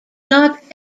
not